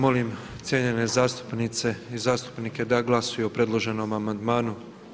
Molim cijenjene zastupnice i zastupnike da glasuju o predloženom amandmanu.